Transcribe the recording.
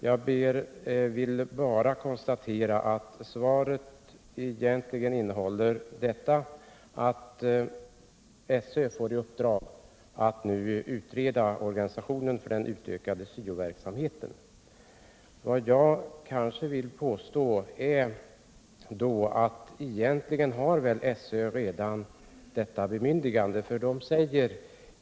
Jag vill bara konstatera att svaret egentligen innehåller detta, att SÖ får i uppdrag att nu utreda organisationen för den utökade SYO-verksamheten. Jag vill emellertid påstå att SÖ egentligen redan har fått detta bemyndigande.